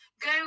go